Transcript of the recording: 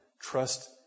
trust